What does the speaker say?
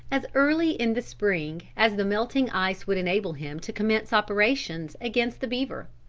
as early in the spring as the melting ice would enable him to commence operations against the beaver.